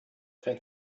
train